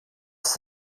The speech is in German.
ist